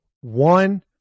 one